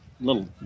little